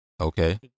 Okay